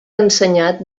ensenyat